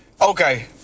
Okay